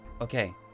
Okay